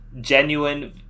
genuine